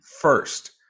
first